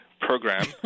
program